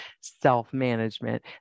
self-management